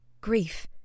Grief